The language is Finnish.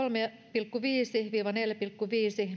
pilkku viisi viiva neljä pilkku viisi